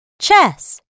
chess